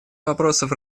вопросов